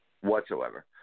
whatsoever